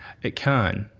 it can.